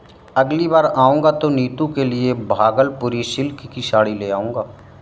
अगली बार आऊंगा तो नीतू के लिए भागलपुरी सिल्क की साड़ी ले जाऊंगा